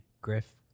Griff